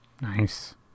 Nice